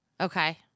Okay